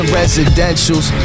residentials